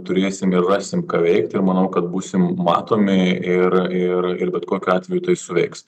turėsim ir rasim ką veikt ir manau kad būsim matomi ir ir ir bet kokiu atveju tai suveiks